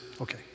Okay